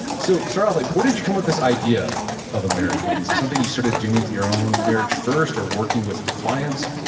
so start off, like where did you come with this idea of a marriage meeting? is it something you sort of do with your own marriage first or working with your clients?